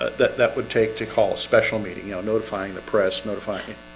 that that would take to call a special meeting, you know notifying the press notifying,